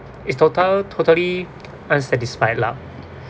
it's total totally unsatisfied lah